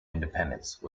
independence